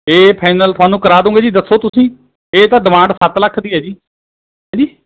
ਇਹ ਫਾਈਨਲ ਤੁਹਾਨੂੰ ਕਰਾ ਦੂੰਗੇ ਜੀ ਦੱਸੋ ਤੁਸੀਂ ਇਹ ਤਾਂ ਡਿਮਾਂਡ ਸੱਤ ਲੱਖ ਦੀ ਹੈ ਜੀ ਹੈਂਜੀ